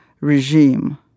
regime